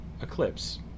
Eclipse